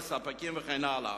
לספקים וכן הלאה".